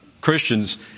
Christians